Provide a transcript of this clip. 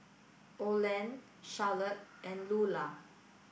Olan Charlotte and Lulah